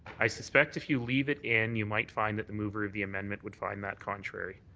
i suspect if you leave it in, you might find that the mover of the amendment would find that contrary.